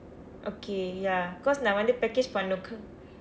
okay ya cause நான் வந்து:naan vandthu package பண்ண:panna